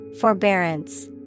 Forbearance